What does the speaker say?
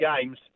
games